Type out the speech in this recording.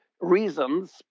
reasons